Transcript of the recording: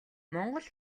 монгол